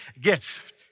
gift